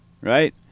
Right